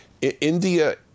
India